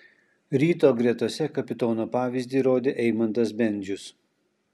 ryto gretose kapitono pavyzdį rodė eimantas bendžius